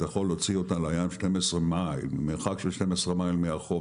אתה יכול להוציא אותה לים במרחק של 12 מייל מהחוף,